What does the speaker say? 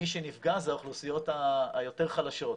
מי שנפגע זה האוכלוסיות היותר חלשות,